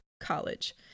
college